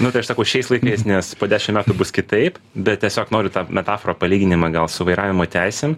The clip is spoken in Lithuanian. nu tai aš sakau šiais laikais nes po dešim metų bus kitaip bet tiesiog noriu tą metaforą palyginimą gal su vairavimo teisėm